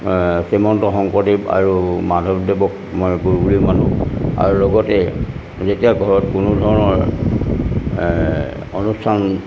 শ্ৰীমন্ত শংকৰদেৱ আৰু মাধৱদেৱক মই গুৰু বুলি মানো আৰু লগতে যেতিয়া ঘৰত কোনো ধৰণৰ অনুষ্ঠান